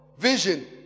vision